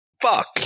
fuck